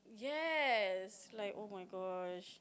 yes like oh my gosh